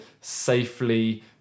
safely